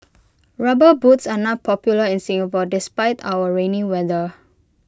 rubber boots are not popular in Singapore despite our rainy weather